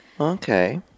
Okay